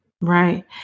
Right